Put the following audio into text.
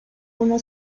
una